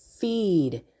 feed